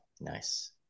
Nice